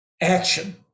action